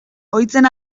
ohitzen